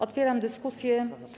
Otwieram dyskusję.